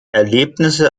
erlebnisse